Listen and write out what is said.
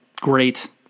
great